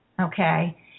Okay